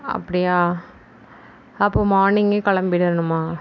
அப்படியா அப்போ மார்னிங்கே கிளம்பிடணுமா